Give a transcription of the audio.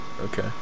Okay